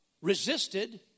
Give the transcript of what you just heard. resisted